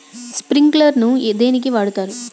Sprinkler ను దేనికి వాడుతరు?